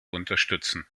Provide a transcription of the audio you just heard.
unterstützen